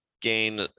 gain